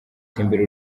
tembera